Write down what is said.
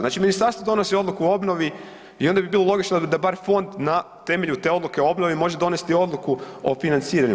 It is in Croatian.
Znači ministarstvo donosi odluku o obnovi i onda bi bilo logično da bar fond na temelju te odluke o obnovi može donesti odluku o financiranju.